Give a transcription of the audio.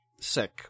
...sick